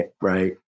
Right